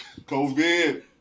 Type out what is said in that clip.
COVID